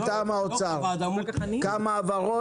מטעם האוצר - כמה הבהרות,